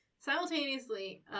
Simultaneously